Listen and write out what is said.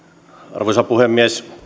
arvoisa puhemies